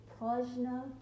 Prajna